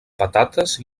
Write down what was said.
patates